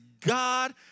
God